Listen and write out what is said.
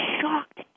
shocked